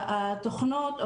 התוכנות,